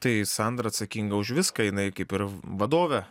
tai sandra atsakinga už viską jinai kaip ir vadovė